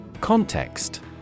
Context